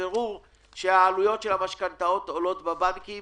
בבירור שהעלויות של המשכנתאות עולות בבנקים